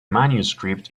manuscript